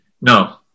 No